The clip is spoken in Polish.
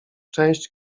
część